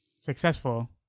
successful